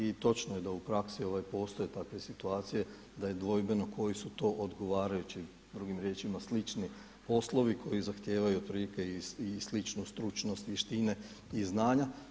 I točno je da u praksi postoje takve situacije da je dvojbeno koji su to odgovarajući, drugim riječima, slični poslovi koji zahtijevaju otprilike i sličnu stručnost, vještine i znanja.